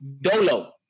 dolo